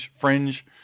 fringe